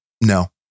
no